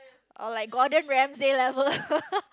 or like Gordan-Ramsey level